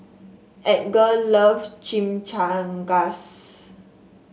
Edgar loves Chimichangas